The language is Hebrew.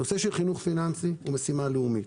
נושא של חינוך פיננסי הוא משימה לאומית.